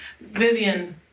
Vivian